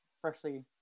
freshly